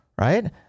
Right